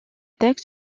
textes